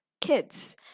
kids